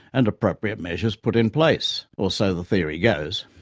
and appropriate measures put in place. or so the theory goes.